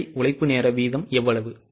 நேரடி உழைப்பு நேர வீதம் எவ்வளவு